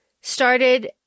started